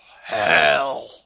hell